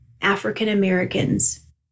African-Americans